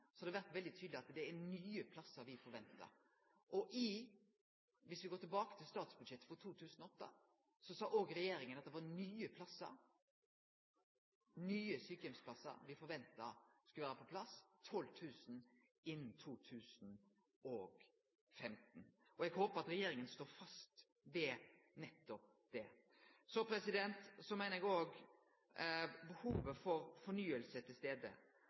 har det vore veldig tydeleg at det er nye plassar ein forventar. Dersom me går tilbake til statsbudsjettet for 2008, sa regjeringa at det var nye plassar – 12 000 nye sjukeheimsplassar – ein forventa skulle vere på plass innan 2015. Eg håpar at regjeringa står fast ved nettopp det. Så meiner eg òg at behovet for fornying er til